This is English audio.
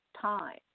time